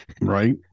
right